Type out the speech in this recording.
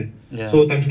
ya